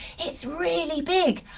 it's really big.